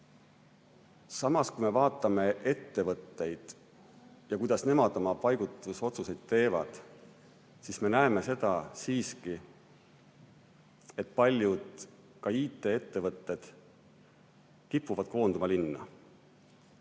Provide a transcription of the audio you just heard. Samas, kui me vaatame ettevõtteid ja kuidas nemad oma paigutusotsuseid teevad, siis me näeme siiski seda, et ka paljud IT-ettevõtted kipuvad koonduma linna.